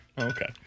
Okay